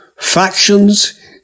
Factions